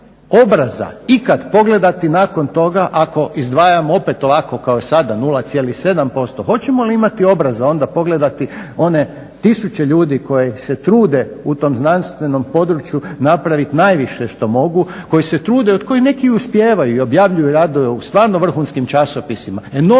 obraza ikad pogledati nakon toga ako izdvajamo opet ovako kao sada 0,7% hoćemo li imati obraza onda pogledati one tisuće ljudi koji se trude u tom znanstvenom području napraviti najviše što mogu, koji se trude, a od kojih neki i uspijevaju i objavljuju radove u stvarno vrhunskim časopisima, enormnim